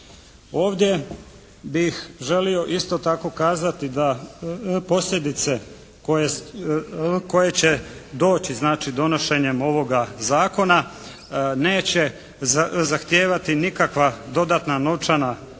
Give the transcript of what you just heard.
Ovdje bih želio isto tako kazati da posljedice koje će doći znači donošenjem ovoga zakona neće zahtijevati nikakva dodatna novčana sredstva